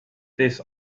this